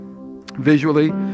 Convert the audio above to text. visually